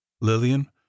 Lillian